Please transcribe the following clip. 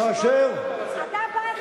כאשר, תודה רבה.